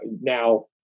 now